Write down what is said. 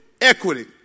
Equity